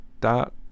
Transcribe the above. dot